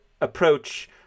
approach